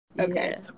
Okay